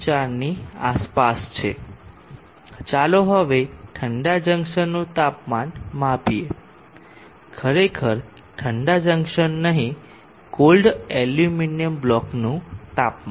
4 ની આસપાસ છે ચાલો હવે ઠંડા જંકશનનું તાપમાન માપીએ ખરેખર ઠંડા જંકશન નહીં કોલ્ડ એલ્યુમિનિયમ બ્લોકનું તાપમાન